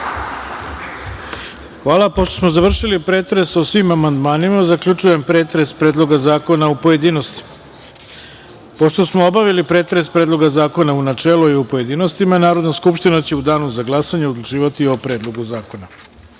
Hvala. Pošto smo završili pretres o svim amandmanima, zaključujem pretres Predloga zakona u pojedinostima. Pošto smo obavili pretres Predloga zakona u načelu i u pojedinostima, Narodna skupština će u Danu za glasanje odlučivati o predlogu zakona. Šesta